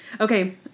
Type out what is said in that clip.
Okay